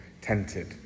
tented